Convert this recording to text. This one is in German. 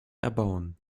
erbauen